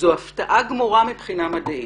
זו הפתעה גמורה מבחינה מדעית".